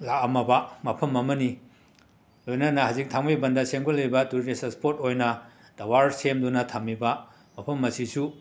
ꯂꯥꯛꯑꯝꯃꯕ ꯃꯐꯝ ꯑꯃꯅꯤ ꯂꯣꯏꯅꯅ ꯍꯧꯖꯤꯛ ꯊꯥꯡꯃꯩꯕꯟꯗ ꯁꯦꯝꯒꯠꯂꯛꯂꯤꯕ ꯇꯨꯔꯤꯁ ꯑꯁꯄꯣꯠ ꯑꯣꯏꯅ ꯇꯋꯥꯔ ꯁꯦꯝꯗꯨꯅ ꯊꯝꯃꯤꯕ ꯃꯐꯝ ꯑꯁꯤꯁꯨ